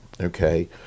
Okay